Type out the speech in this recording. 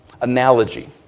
Analogy